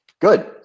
Good